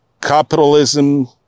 capitalism